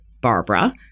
Barbara